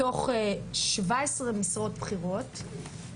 מתוך 17 משרות בכירות,